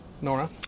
Nora